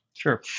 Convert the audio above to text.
Sure